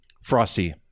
Frosty